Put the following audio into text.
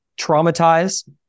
traumatize